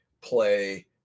play